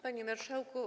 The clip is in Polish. Panie Marszałku!